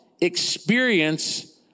experience